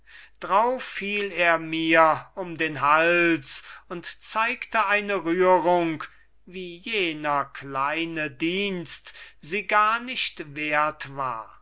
drauf fiel er mir um den hals und zeigte eine rührung wie jener kleine dienst sie gar nicht wert war